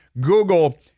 Google